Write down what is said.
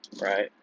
right